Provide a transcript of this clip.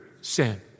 sin